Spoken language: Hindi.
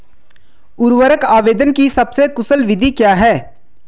उर्वरक आवेदन की सबसे कुशल विधि क्या है?